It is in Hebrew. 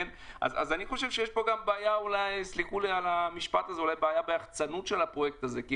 לכן יש פה גם בעיה ביחצנות של הפרויקט הזה כי